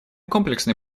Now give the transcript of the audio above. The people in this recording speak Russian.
комплексный